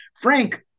Frank